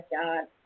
God